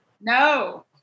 No